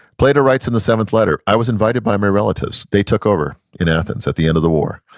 plato writes in the seventh letter, i was invited by my relatives. they took over in athens at the end of the war.